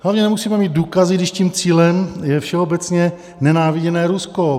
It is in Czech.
Hlavně nemusíme mít důkazy, když tím cílem je všeobecně nenáviděné Rusko.